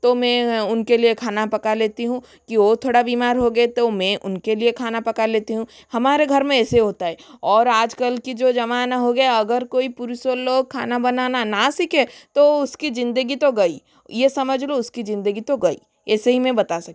तो में उनके लिए खाना पका लेती हूँ कि वह थोड़ा बीमार होगे तो में उनके लिये खाना पका लेती हूँ हमारे घर में ऐसे होता है और आजकल की जो ज़माना हो गया अगर कोई पुरुषों लोग खाना बनाना ना सीखें तो उसकी ज़िंदगी तो गई ये समझ लो उसकी ज़िंदगी तो गई ऐसे ही मैं बता सकती हूँ